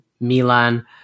Milan